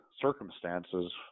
circumstances